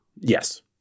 Yes